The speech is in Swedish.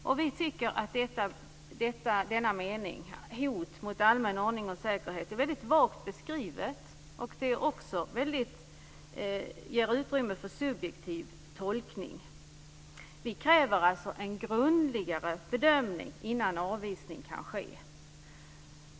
Vi tycker att denna mening, "hot mot allmän ordning och säkerhet", är väldigt vag och ger utrymme för subjektiv tolkning. Vi kräver en grundligare bedömning innan avvisning kan ske.